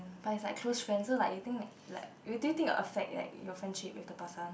but is like close friend so like you that like do you think it will affect like your friendship with the person